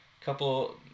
Couple